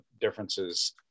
differences